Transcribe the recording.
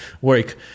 work